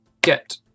Get